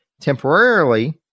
temporarily